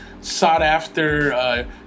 sought-after